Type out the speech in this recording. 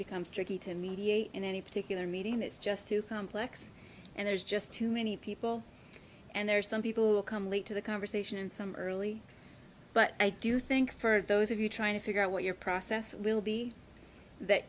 becomes tricky to mediate in any particular meeting it's just too complex and there's just too many people and there are some people who come late to the conversation and some early but i do think for those of you trying to figure out what your process will be that